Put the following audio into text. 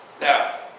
Now